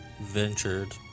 ventured